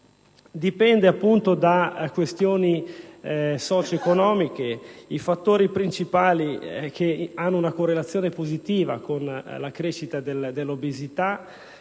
dipende da questioni socio‑economiche. I fattori principali che hanno una correlazione positiva con la crescita dell'obesità